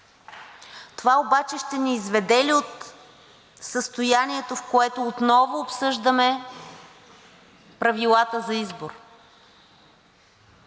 Това обаче ще ни изведе ли от състоянието, в което отново обсъждаме правилата за избор?!